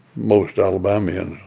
most alabamians,